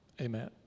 Amen